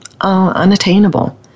unattainable